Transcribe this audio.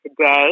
today